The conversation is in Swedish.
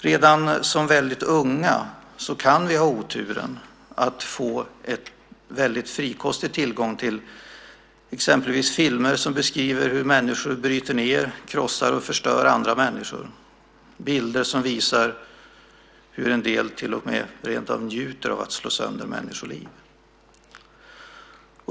Redan som väldigt unga kan vi ha oturen att få frikostig tillgång till exempelvis filmer som beskriver hur människor bryter ned, krossar och förstör andra människor, bilder som visar hur en del rentav njuter av att slå sönder människoliv.